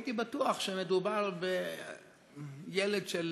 והייתי בטוח שמדובר בילד של